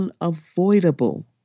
unavoidable